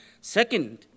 Second